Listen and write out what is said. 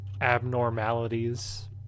abnormalities